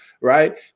right